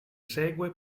segue